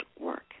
work